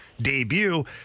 debut